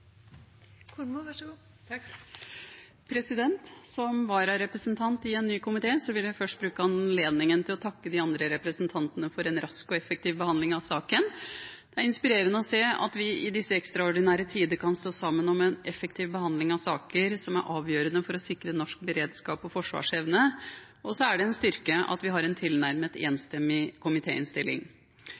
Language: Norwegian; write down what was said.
Som vararepresentant i en ny komité vil jeg først bruke anledningen til å takke de andre representantene for en rask og effektiv behandling av saken. Det er inspirerende å se at vi i disse ekstraordinære tider kan stå sammen om en effektiv behandling av saker som er avgjørende for å sikre norsk beredskap og forsvarsevne, og det er en styrke at vi har en tilnærmet enstemmig